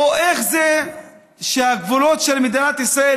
או איך זה שהגבולות של מדינת ישראל,